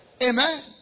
Amen